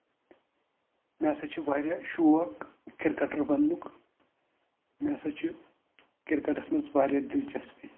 مےٚ سا چھُ واریاہ شوق کِرکٹر بَننُک مےٚ سا چھِ کِرکٹَس منٛز واریاہ دِلچسپی